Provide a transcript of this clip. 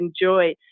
enjoy